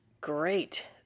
great